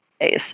days